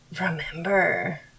remember